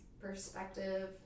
perspective